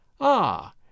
Ah